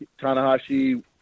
Tanahashi